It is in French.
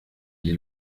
vie